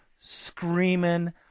screaming